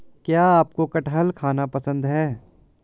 क्या आपको कठहल खाना पसंद है?